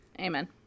amen